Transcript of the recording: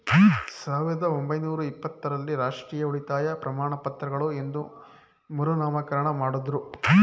ಸಾವಿರದ ಒಂಬೈನೂರ ಇಪ್ಪತ್ತ ರಲ್ಲಿ ರಾಷ್ಟ್ರೀಯ ಉಳಿತಾಯ ಪ್ರಮಾಣಪತ್ರಗಳು ಎಂದು ಮರುನಾಮಕರಣ ಮಾಡುದ್ರು